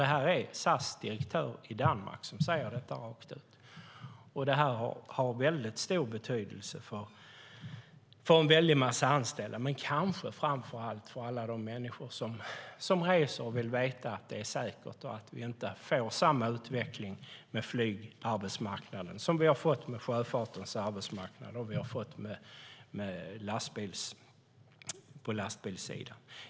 Det är ju SAS direktör som säger detta rakt ut. Detta är av stor betydelse för många anställda men kanske framför allt för alla de människor som reser och vill veta att det är säkert och att vi inte får samma utveckling på flygarbetsmarknaden som vi har fått på sjöfartens arbetsmarknad och på lastbilssidan.